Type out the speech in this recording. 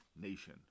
nation